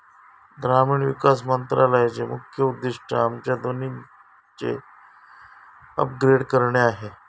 ग्रामीण विकास मंत्रालयाचे मुख्य उद्दिष्ट आमच्या दोन्हीचे अपग्रेड करणे आहे